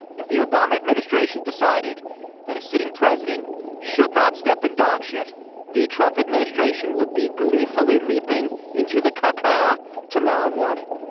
if the obama administration decided that a sitting president should not step in dog shit the trump administration would be gleefully leaping into the car car tomorrow morning.